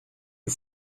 you